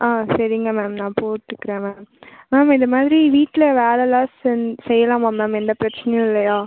ஆ சரிங்க மேம் நான் போட்டுக்குகிறேன் மேம் மேம் இதைமாதிரி வீட்டில் வேலைலாம் செஞ்சா செய்யலாமா மேம் எந்த பிரச்சினையும் இல்லையா